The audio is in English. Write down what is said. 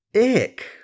Ick